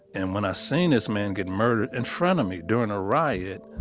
and when i seen this man get murdered in front of me during a riot,